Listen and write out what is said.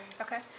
Okay